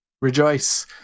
rejoice